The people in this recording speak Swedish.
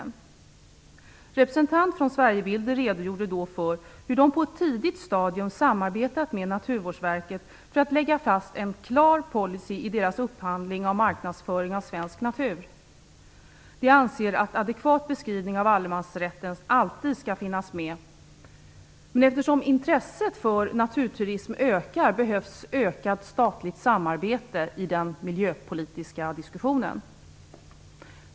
En representant för Sverigebilden redogjorde då för hur det på ett tidigt stadium samarbetat med Naturvårdsverket för att lägga fast en klar policy i dess upphandling av marknadsföring av svensk natur. Vi i Miljöpartiet anser att adekvat beskrivning av allemansrätten alltid skall finnas med. Eftersom intresset för naturturism ökar behövs ökat statligt samarbete i den miljöpolitiska diskussionen.